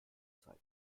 zeit